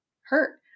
hurt